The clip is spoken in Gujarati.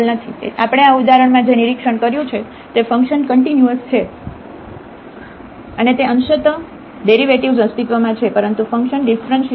તેથી આપણે આ ઉદાહરણમાં જે નિરીક્ષણ કર્યું છે તે ફંક્શન કન્ટીન્યુઅસ છે અને તે અંશત ડેરિવેટિવ્ઝ અસ્તિત્વમાં છે પરંતુ ફંક્શન ડિફરન્ટિએબલ નથી